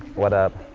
what up?